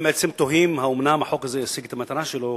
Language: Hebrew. הם בעצם תוהים האומנם החוק הזה ישיג את המטרה שלו,